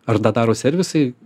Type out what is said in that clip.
ar tą daro servisai